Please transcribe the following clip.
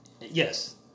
Yes